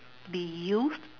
be used